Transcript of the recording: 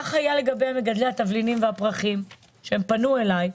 כך היה לגבי מגדלי התבלינים והפרחים שפנו אלי.